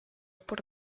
por